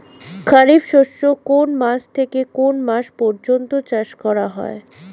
খারিফ শস্য কোন মাস থেকে কোন মাস পর্যন্ত চাষ করা হয়?